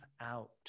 out